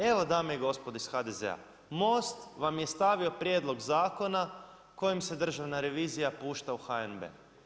Evo dame i gospodo iz HDZ-a, Most vam je stavio prijedlog zakona kojom se Državna revizija pušta u HNB.